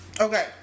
Okay